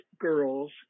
girls